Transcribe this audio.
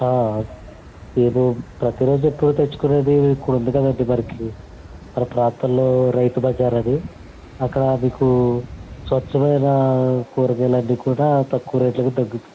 రేపు ప్రతిరోజు ఎప్పుడు తెచ్చుకునేది ఇక్కడ ఉంది కదండి మనకి ప్రాపర్ లో రైతు బజార్ అని అక్కడ మీకు స్వచ్ఛమైన కురగాయాలన్నీ కూడా తక్కువ రేట్ లకి తగ్గుత